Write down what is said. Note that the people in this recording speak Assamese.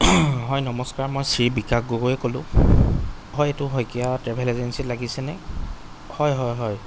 হয় নমস্কাৰ মই শ্ৰী বিকাশ গগৈয়ে ক'লোঁ হয় এইটো শইকীয়া ট্ৰেভেল এজেঞ্চিত লাগিছেনে হয় হয় হয়